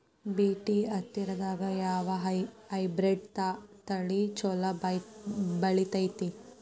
BT ಹತ್ತಿದಾಗ ಯಾವ hybrid ತಳಿ ಛಲೋ ಬೆಳಿತೈತಿ?